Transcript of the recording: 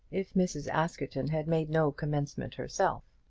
if mrs. askerton had made no commencement herself.